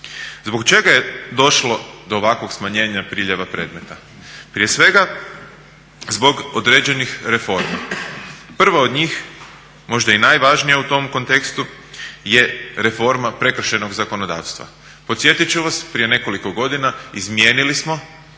Zbog čega je došlo do ovakvog smanjenja priljeva predmeta? Prije svega zbog određenih reformi. Prva od njih možda i najvažnija u tom kontekstu je reforma prekršajnog zakonodavstva. Podsjetiti ću vas prije nekoliko godina izmijenili smo